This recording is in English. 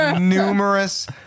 numerous